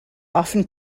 often